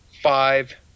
five